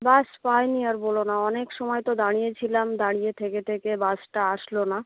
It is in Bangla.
বাস পাইনি আর বোলো না অনেক সময় তো দাঁড়িয়ে ছিলাম দাঁড়িয়ে থেকে থেকে বাসটা আসলো না